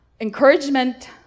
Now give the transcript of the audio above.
Encouragement